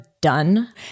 done